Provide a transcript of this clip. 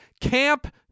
camp